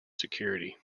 security